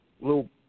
little